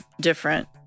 different